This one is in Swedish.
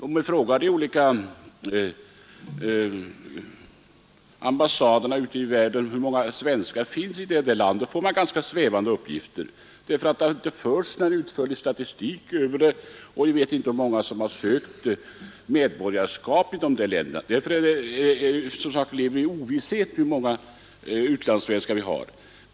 Om vi frågar de olika svenska ambassaderna i världen hur många svenskar det finns i respektive land får vi ganska svävande uppgifter. Det har inte förts någon utförlig statistik häröver, och vi vet inte hur många svenskar som har sökt medborgarskap i de främmande länder där de bor. Vi svävar därför i ovisshet om hur många utlandssvenskar det finns.